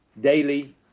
daily